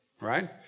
right